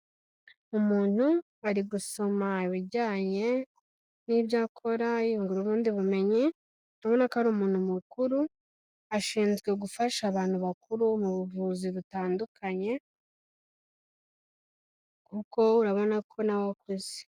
Umuntu ari gusoma ibijyanye n'ibyo akora, yungura ubundi bumenyi, abona ko ari umuntu mukuru ashinzwe gufasha abantu bakuru mu buvuzi butandukanye, kuko urabona ko nawe akuze.